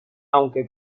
aunque